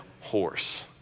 horse